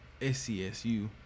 scsu